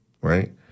right